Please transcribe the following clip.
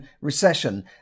recession